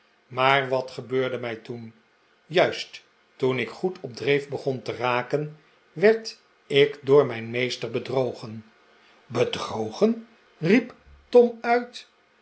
maar wat gebeurde mij toen juist toen ik goed op dreef begon te raken werd ik door mijn meester bedrogen bedrogen riep tom uit